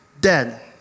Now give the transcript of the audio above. dead